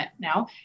now